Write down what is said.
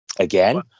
again